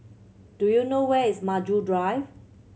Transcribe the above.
do you know where is Maju Drive